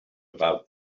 about